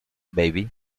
baby